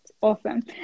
awesome